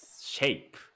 shape